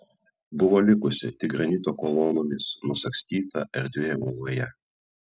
buvo likusi tik granito kolonomis nusagstyta erdvė uoloje